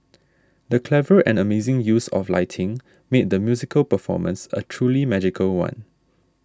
the clever and amazing use of lighting made the musical performance a truly magical one